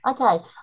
okay